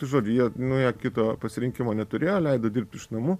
tai žodžiu jie nu jie kito pasirinkimo neturėjo leido dirbt iš namų